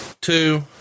two